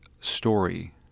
story